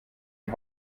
die